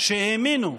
שהאמינו,